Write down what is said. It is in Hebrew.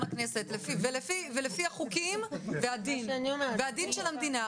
הכנסת ולפי החוקים והדין של המדינה.